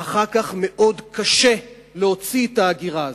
אחר כך מאוד קשה להוציא את ההגירה הזאת.